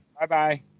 Bye-bye